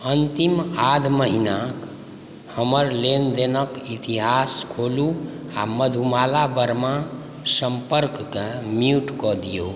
अन्तिम आध महीना हमर लेनदेनक इतिहास खोलू आ मधुमाला वर्मा सम्पर्ककेँ म्यूट कऽ दिऔ